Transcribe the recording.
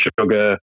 sugar